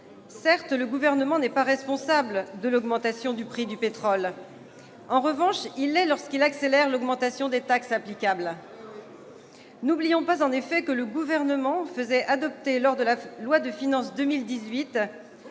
Certes, le Gouvernement n'est pas responsable de l'augmentation du prix du pétrole. En revanche, il l'est lorsqu'il accélère l'augmentation des taxes applicables. N'oublions pas en effet que le Gouvernement faisait adopter, dans la loi de finances pour